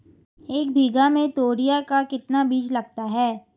एक बीघा में तोरियां का कितना बीज लगता है?